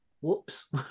whoops